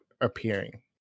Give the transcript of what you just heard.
appearing